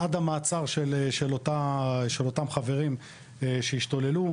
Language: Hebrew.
עד המעצר של אותם חברים שהשתוללו,